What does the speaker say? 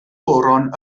goron